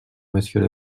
monsieur